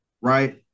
right